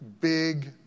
big